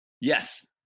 Yes